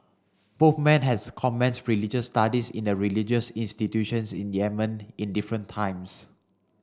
both men has commenced religious studies in a religious institutions in Yemen in different times